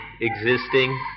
existing